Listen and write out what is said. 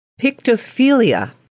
Pictophilia